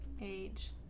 age